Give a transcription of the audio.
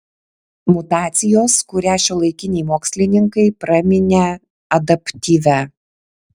mutacijos kurią šiuolaikiniai mokslininkai praminė adaptyvia